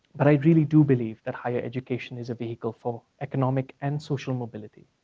but i really do believe that higher education is a vehicle for economic and social mobility.